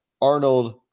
Arnold